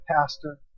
Pastor